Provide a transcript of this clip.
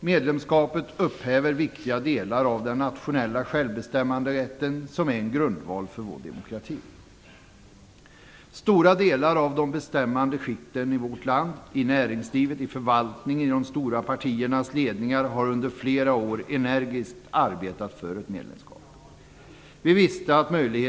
Medlemskapet upphäver viktiga delar av den nationella självbestämmanderätten, som är en grundval för vår demokrati. Stora delar av de bestämmande skikten i vårt land - i näringslivet, i förvaltningen, i de stora partiernas ledningar - har under flera år energiskt arbetat för ett medlemskap.